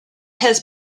has